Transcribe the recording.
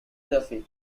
duffy